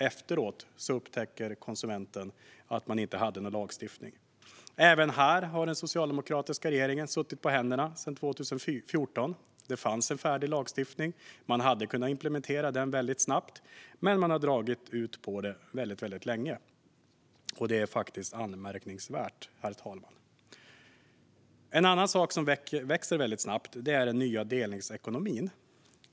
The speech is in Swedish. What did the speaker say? Efteråt upptäcker konsumenten att det inte finns någon lagstiftning. Även här har den socialdemokratiska regeringen suttit på händerna sedan 2014. Det fanns en färdig lagstiftning. Man hade kunnat implementera den mycket snabbt. Men man har dragit ut på detta väldigt länge, och det är faktiskt anmärkningsvärt. En annan sak som växer mycket snabbt är den nya delningsekonomin.